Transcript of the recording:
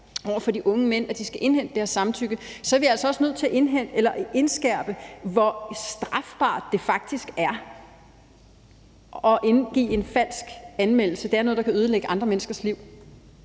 over for de unge mænd, at de skal indhente samtykke, hvor strafbart det faktisk er at indgive en falsk anmeldelse. Det er noget, der kan ødelægge andre menneskers liv